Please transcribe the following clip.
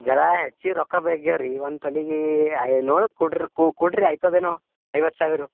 ಜರಾ ಹೆಚ್ಚಿಗೆ ರೊಕ್ಕ ಬೇಕ್ಯಾ ರೀ ಒಂದು ತೊಲಿಗೆ ಐ ನೋಡಿ ಕೊಡ್ರಿ ಕೊಡ್ರಿ ಆಯ್ತದೇನೋ ಐವತ್ತು ಸಾವಿರು